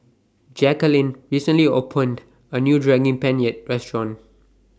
Jacquelin recently opened A New Daging Penyet Restaurant